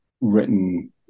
written